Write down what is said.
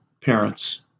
parents